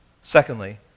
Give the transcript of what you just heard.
Secondly